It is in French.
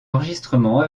enregistrements